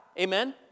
Amen